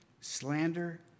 slander